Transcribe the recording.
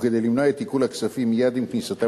וכדי למנוע את עיקול הכספים מייד עם כניסתם